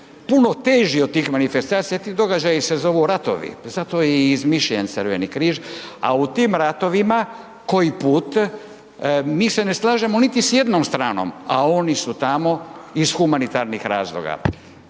puno teži od tih manifestacija, ti događaji se zovu ratovi, zato je i izmišljen Crveni križ, a u tim ratovima koji put mi se ne slažemo niti s jednom stranom, a oni su tamo iz humanitarnih razloga.